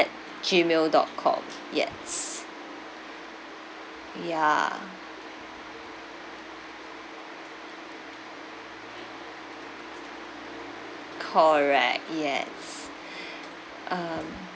gmail dot com yes ya correct yes um